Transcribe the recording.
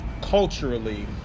culturally